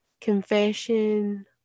confession